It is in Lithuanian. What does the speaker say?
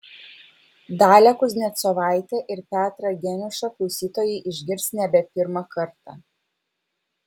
dalią kuznecovaitę ir petrą geniušą klausytojai išgirs nebe pirmą kartą